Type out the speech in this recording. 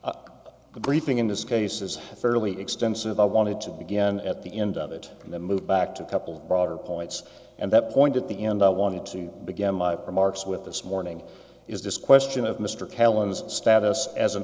up the briefing in this case is fairly extensive i wanted to begin at the end of it and then move back to a couple broader points and that point at the end i wanted to began my remarks with this morning is this question of mr callinan's status as an